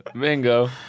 Bingo